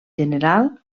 general